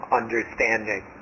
understanding